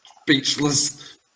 speechless